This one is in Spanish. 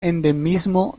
endemismo